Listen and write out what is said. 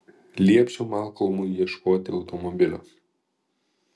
liepsiu malkolmui ieškoti automobilio